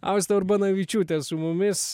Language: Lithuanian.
austė urbonavičiūtė su mumis